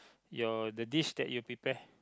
your the dish that you prepare